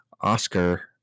Oscar